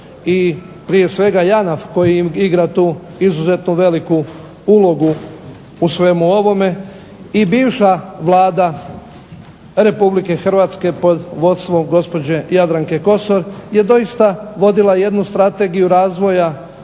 prije svega JANAF koji igra tu izuzetno veliku ulogu u svemu ovome i bivša Vlada Republike Hrvatske pod vodstvom gospođe Jadranke Kosor je doista vodila jednu strategiju razvoja